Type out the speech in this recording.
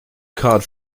cod